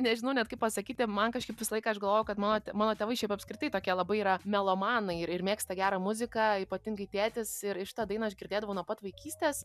nežinau net kaip pasakyti man kažkaip visą laiką aš galvojau kad mano mano tėvai šiaip apskritai tokie labai yra melomanai ir ir mėgsta gerą muziką ypatingai tėtis ir šitą dainą aš girdėdavau nuo pat vaikystės